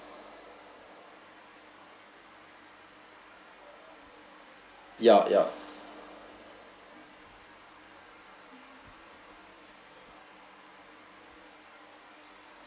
yeah yeah